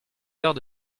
heures